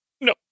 No